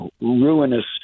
ruinous